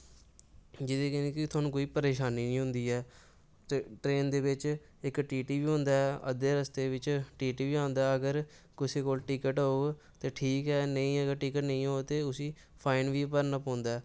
जेह्दी वजह् कन्नै तोहानूं कोई परेशानी निं होंदी ऐ ते ट्रेन दे बेच इक टी टी बी होंदा ऐ अद्धे रस्ते बिच टी टी बी आंदा ऐ अगर कुसै कोल टिकट होग ते ठीक ऐ नेईं ऐ ते टिक्ट होग ते उसी फाइन बी भरना पौंदा ऐ